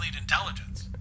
Intelligence